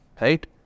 right